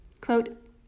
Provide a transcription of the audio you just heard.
Quote